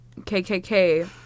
KKK